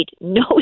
no